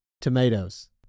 tomatoes